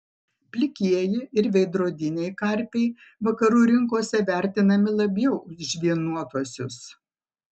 plikieji ir veidrodiniai karpiai vakarų rinkose vertinami labiau už žvynuotuosius